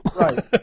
Right